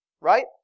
right